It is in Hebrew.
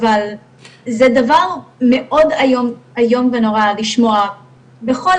אבל זה דבר מאוד איום ונורא לשמוע בכל